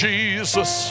Jesus